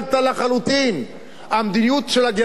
המדיניות של הגירעון, הזאת, לא היתה מתוכננת,